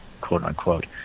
quote-unquote